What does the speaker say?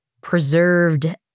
preserved